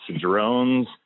drones